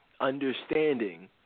understanding